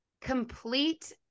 complete